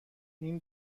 این